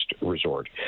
resort